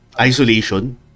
isolation